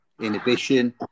inhibition